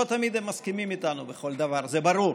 לא תמיד הם מסכימים איתנו בכל דבר, זה ברור,